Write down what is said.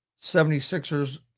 76ers